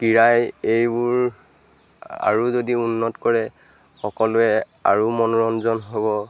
ক্ৰীড়াই এইবোৰ আৰু যদি উন্নত কৰে সকলোৱে আৰু মনোৰঞ্জন হ'ব